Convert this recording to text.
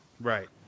Right